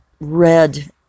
red